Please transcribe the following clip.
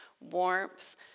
warmth